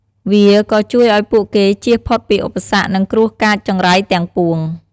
វាក៏ជួយឱ្យពួកគេជៀសផុតពីឧបសគ្គ និងគ្រោះកាចចង្រៃទាំងពួង។